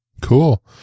Cool